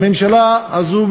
הממשלה הזאת,